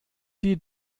die